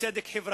וצדק חברתי,